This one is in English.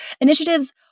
initiatives